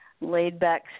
laid-back